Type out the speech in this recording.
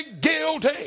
guilty